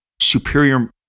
superior